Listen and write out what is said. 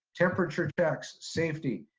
temperature checks, safety,